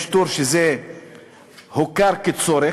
יש טור של "הוכר בצורך"